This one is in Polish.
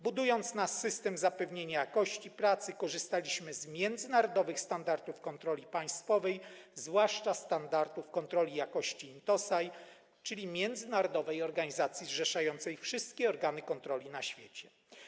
Budując nasz system zapewnienia jakości pracy, korzystaliśmy z międzynarodowych standardów kontroli państwowej, zwłaszcza standardów kontroli jakości INTOSAI, czyli międzynarodowej organizacji zrzeszającej wszystkie organy kontroli na świecie.